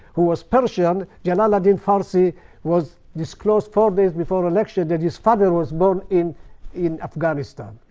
who was persian, jalaleddin farsi was disclosed four days before election that his father was born in in afghanistan.